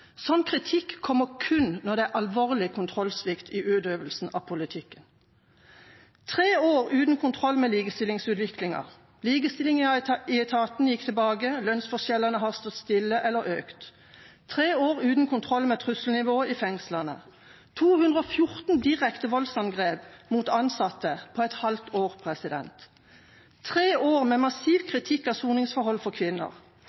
kritikk kommer kun når det er alvorlig kontrollsvikt i utøvelsen av politikk. Tre år uten kontroll med likestillingsutviklingen: Likestillingen i etaten er gått tilbake, og lønnsforskjellene har stått stille eller økt. Det er tre år uten kontroll med volds- og trusselnivået i fengslene, 214 direkte voldsangrep mot ansatte på et halvt år og tre år med massiv kritikk av soningsforhold for kvinner.